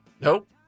Nope